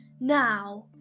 now